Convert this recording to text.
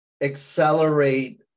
accelerate